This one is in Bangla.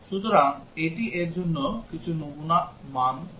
সুতরাং এটি এর জন্য কিছু নমুনা মান দেয়